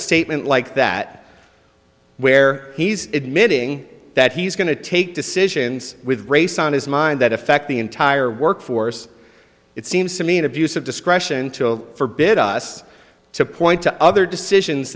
statement like that where he's admitting that he's going to take decisions with race on his mind that affect the entire workforce it seems to me an abuse of discretion to forbid us to point to other decisions